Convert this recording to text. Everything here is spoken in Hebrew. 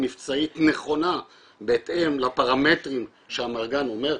מבצעית נכונה בהתאם לפרמטרים שהאמרגן אומר,